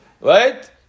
right